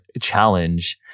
challenge